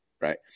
right